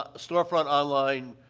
ah storefront, online,